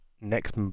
next